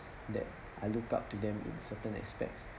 that I look up to them in certain aspects